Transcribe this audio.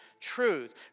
truth